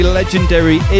legendary